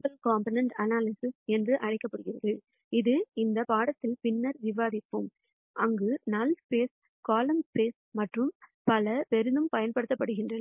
principal compound analysis என்று அழைக்கப்படுகிறது இது இந்த பாடத்திட்டத்தில் பின்னர் விவாதிப்போம் அங்கு நல் ஸ்பேஸ் காலம் ஸ்பேஸ் மற்றும் பல பெரிதும் பயன்படுத்தப்படுகின்றன